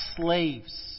slaves